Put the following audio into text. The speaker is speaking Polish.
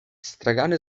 stragany